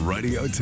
Radio